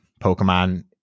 Pokemon